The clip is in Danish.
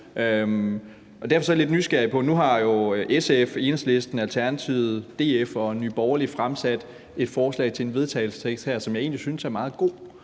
Derfor er jeg lidt nysgerrig på det. Nu har SF, Enhedslisten, Alternativet, DF og Nye Borgerlige fremsat et forslag til vedtagelse her, som jeg egentlig synes er meget godt,